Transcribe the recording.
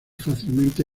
fácilmente